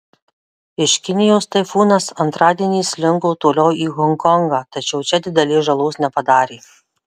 iš kinijos taifūnas antradienį slinko toliau į honkongą tačiau čia didelės žalos nepadarė